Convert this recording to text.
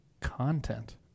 Content